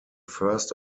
first